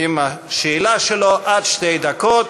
עם השאלה שלו, עד שתי דקות,